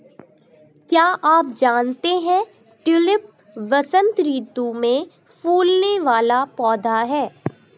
क्या आप जानते है ट्यूलिप वसंत ऋतू में फूलने वाला पौधा है